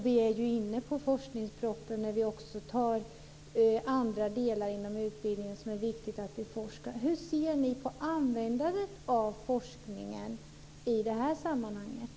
Vi är ju inne på forskningspropositionen när vi också tar upp andra delar inom utbildningen där det är viktigt att vi forskar. Hur ser ni på användandet av forskningen i det sammanhanget?